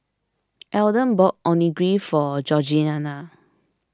Alden bought Onigiri for Georgianna